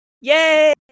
Yay